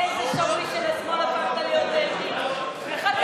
איזה שאוויש של השמאל הפכת להיות, אלקין.